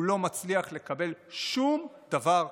הוא לא הצליח לקבל שום דבר קונקרטי.